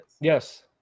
Yes